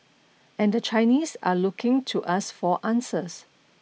and the Chinese are looking to us for answers